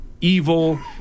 evil